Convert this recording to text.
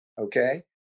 Okay